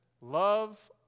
Love